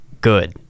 good